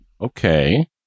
okay